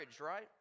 right